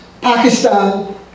Pakistan